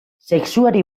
sexuari